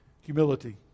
Humility